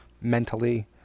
mentally